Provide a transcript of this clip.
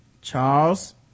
Charles